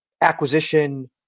acquisition